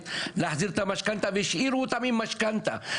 כדי להחזיר את המשכנתא והשאירו אותם עם משכנתא.